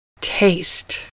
taste